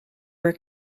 were